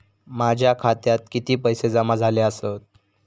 माझ्या खात्यात किती पैसे जमा झाले आसत?